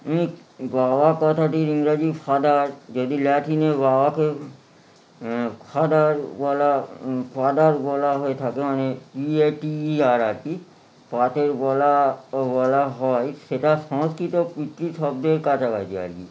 অনেক বাবা কথাটির ইংরাজি ফাদার যেটি ল্যাটিনে বাবাকে ফাদার বলা ফাদার বলা হয়ে থাকে মানে ইএটিইআর আর কি পাতের বলা ও বলা হয় সেটা সংস্কৃত পিতৃ শব্দের কাছাকাছি আর কি